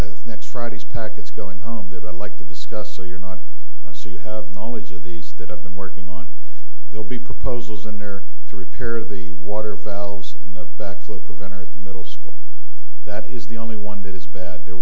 thursday's next friday's packets going home that i'd like to discuss so you're not see you have knowledge of these that i've been working on they'll be proposals in there to repair the water valves in the backflow preventer at the middle school that is the only one that is bad there